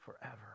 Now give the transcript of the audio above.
forever